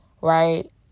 right